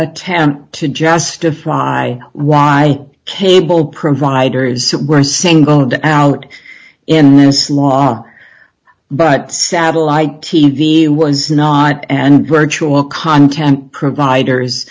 attempt to justify why cable providers were singled out in this law but satellite t v was not and virtual content providers